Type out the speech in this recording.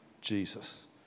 Jesus